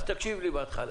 ותקשיב לי בהתחלה.